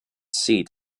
seat